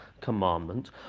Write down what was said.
commandment